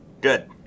Good